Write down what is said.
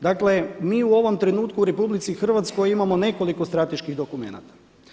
Dakle mi u ovom trenutku u RH imamo nekoliko strateških dokumenata.